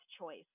choice